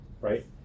right